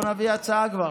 בואו נביא כבר הצעה.